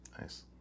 Nice